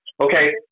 okay